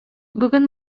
бүген